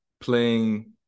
playing